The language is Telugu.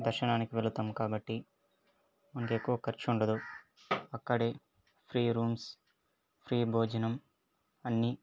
దర్శనానికి వెళతాం కాబట్టి అంతెక్కువ ఖర్చు ఉండదు అక్కడే ఫ్రీ రూమ్స్ ఫ్రీ భోజనం అన్ని